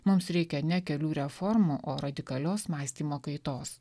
mums reikia ne kelių reformų o radikalios mąstymo kaitos